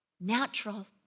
natural